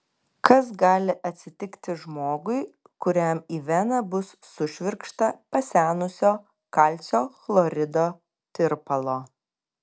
kas gali atsitikti žmogui kuriam į veną bus sušvirkšta pasenusio kalcio chlorido tirpalo